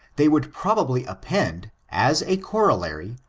they would probably append, as a corollary,